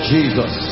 Jesus